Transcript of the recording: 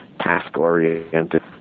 task-oriented